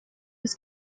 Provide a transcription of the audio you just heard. was